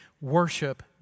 worship